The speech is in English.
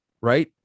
Right